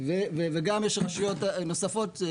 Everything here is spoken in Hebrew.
גם יש רשויות נוספות,